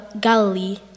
Galilee